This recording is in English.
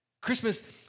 Christmas